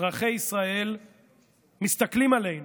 אזרחי ישראל מסתכלים עלינו,